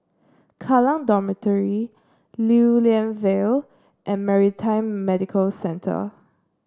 Kallang Dormitory Lew Lian Vale and Maritime Medical Centre